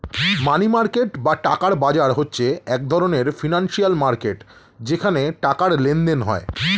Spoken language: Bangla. মানি মার্কেট বা টাকার বাজার হচ্ছে এক ধরণের ফিনান্সিয়াল মার্কেট যেখানে টাকার লেনদেন হয়